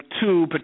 two